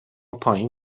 پایین